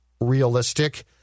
realistic